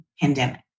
pandemic